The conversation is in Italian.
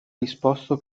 risposto